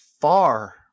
far